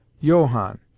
Johann